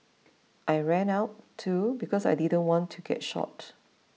I ran out too because I didn't want to get shot